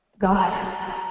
God